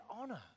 honor